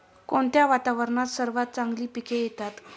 कोणत्या वातावरणात सर्वात चांगली पिके येतात?